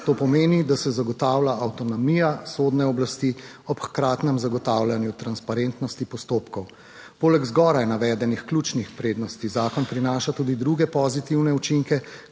To pomeni, da se zagotavlja avtonomija sodne oblasti, ob hkratnem zagotavljanju transparentnosti postopkov. Poleg zgoraj navedenih ključnih prednosti, zakon prinaša tudi druge pozitivne učinke,